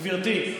גברתי,